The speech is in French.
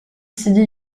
sidi